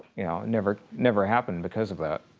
you know, never never happened because of that.